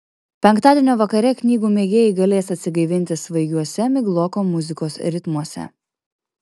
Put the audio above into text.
penktadienio vakare knygų mėgėjai galės atsigaivinti svaigiuose migloko muzikos ritmuose